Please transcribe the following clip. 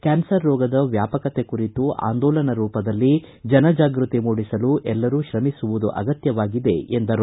cancer ರೋಗದ ವ್ಕಾಪಕತೆ ಕುರಿತು ಆಂದೋಲನ ರೂಪದಲ್ಲಿ ಜನಜಾಗೃತಿ ಮೂಡಿಸಲು ಎಲ್ಲರೂ ಶ್ರಮಿಸುವುದು ಅಗತ್ಯವಾಗಿದೆ ಎಂದರು